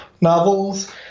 novels